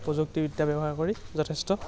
প্ৰযুক্তিবিদ্যা ব্যৱহাৰ কৰি যথেষ্ট